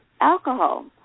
alcohol